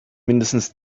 mindestens